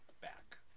back